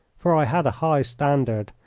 for i had a high standard,